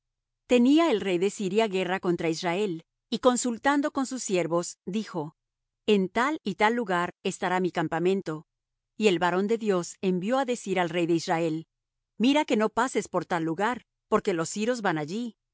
tenía el rey de siria guerra contra israel y consultando con sus siervos dijo en tal y tal lugar estará mi campamento y el varón de dios envió á decir al rey de israel mira que no pases por tal lugar porque los siros van allí